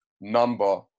number